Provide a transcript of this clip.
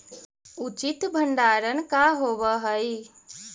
उचित भंडारण का होव हइ?